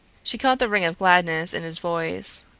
she caught the ring of gladness in his voice.